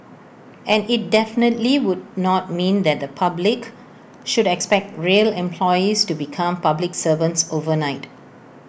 and IT definitely would not mean that the public should expect rail employees to become public servants overnight